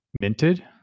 minted